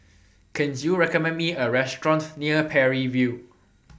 Can YOU recommend Me A Restaurant near Parry View